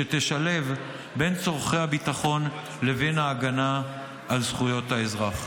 שתשלב בין צורכי הביטחון לבין ההגנה על זכויות האזרח.